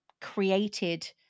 created